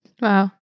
Wow